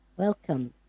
Welcome